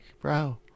bro